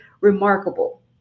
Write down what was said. remarkable